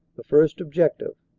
the first objec tive.